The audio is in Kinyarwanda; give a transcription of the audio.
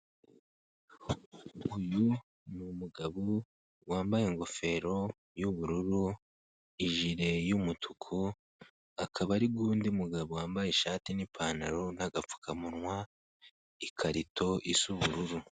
Uyu ni umugabo wambaye ingofero y'ubururu, ijire y'umutuku, akaba ari gusa undi mugabo wambaye ishati n'ipantaro n'agapfukamunwa, ikarito isa ubururu.